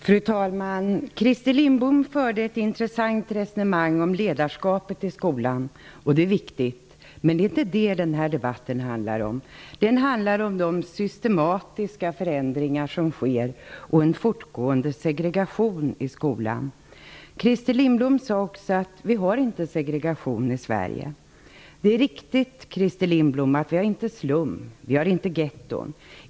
Fru talman! Christer Lindblom förde ett intressant resonemang om ledarskapet i skolan, vilket är viktigt. Men det är inte det som den här debatten handlar om. Den handlar om de systematiska förändringar som sker och om en fortgående segregation i skolan. Christer Lindblom sade också att vi inte har segregation i Sverige. Det är riktigt, Christer Lindblom, att vi inte har slum eller getton.